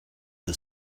the